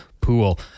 pool